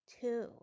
two